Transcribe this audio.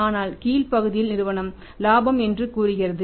ஆனால் கீழ்பகுதியில் நிறுவனம் இலாபம் என்று கூறுகிறது